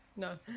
No